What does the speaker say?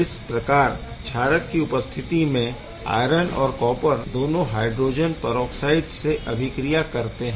इस प्रकार क्षारक की उपस्थित में आयरन और कॉपर दोनों हाइड्रोजन परऑक्साइड से अभिक्रिया करते है